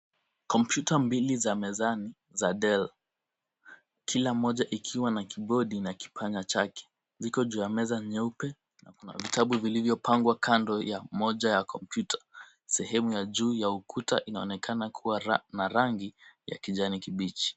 computer mbili za mezani za dell .Kila moja ikiwa na key bodi na kipanya chake. Viko juu ya meza nyeupe na kuna vitabu vilivyopangwa kando ya moja ya computer .Sehemu ya juu ya ukuta ianaonekana kuwa na rangi ya kijani kibichi.